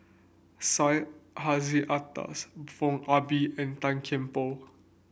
Syed Hussein Alatas Foo Ah Bee and Tan Kian Por